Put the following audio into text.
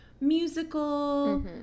musical